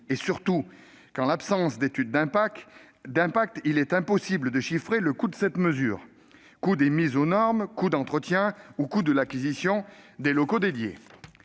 et, surtout, en l'absence d'étude d'impact, il est impossible d'en chiffrer le coût, qu'il s'agisse du coût des mises aux normes, du coût d'entretien ou du coût de l'acquisition des locaux dédiés.